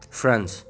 France